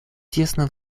тесно